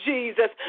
Jesus